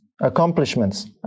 accomplishments